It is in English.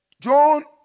John